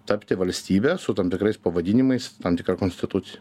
tapti valstybe su tam tikrais pavadinimais tam tikra konstitucija